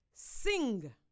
sing